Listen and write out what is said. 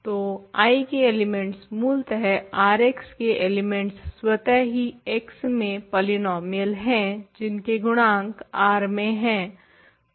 तो I के elements मूलतः R X के एलिमेंट्स स्वतः ही X में पॉलीनोमियल हैं जिनके गुणांक R में हैं